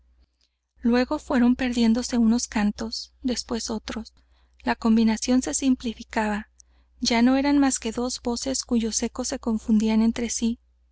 luego fueron perdiéndose unos cantos después otros la combinación se simplificaba ya no eran más que dos voces cuyos ecos se confundían entre sí